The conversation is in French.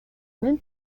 même